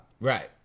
Right